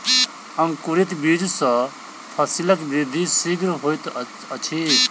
अंकुरित बीज सॅ फसीलक वृद्धि शीघ्र होइत अछि